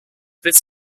this